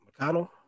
McConnell